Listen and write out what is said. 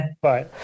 Bye